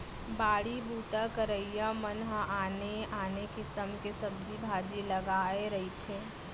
बाड़ी बूता करइया मन ह आने आने किसम के सब्जी भाजी लगाए रहिथे